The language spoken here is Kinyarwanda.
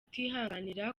utihanganira